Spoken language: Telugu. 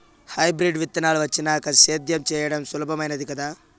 హైబ్రిడ్ విత్తనాలు వచ్చినాక సేద్యం చెయ్యడం సులభామైనాది కదా